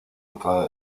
entrada